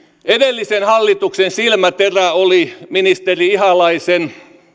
edellisen hallituksen silmäterä oli ministeri ihalaisen